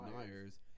deniers